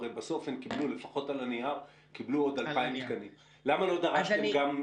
הרי בסוף לפחות על הנייר הן קיבלו עוד 2,000 תקנים הגדלת תקנים?